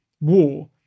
war